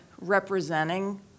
representing